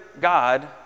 God